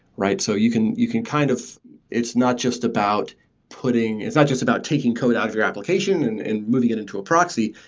so you can you can kind of it's not just about putting it's not just about taking code out of your application and and moving it into a proxy.